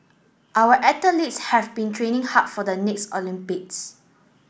our athletes have been training hard for the next Olympics